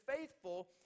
faithful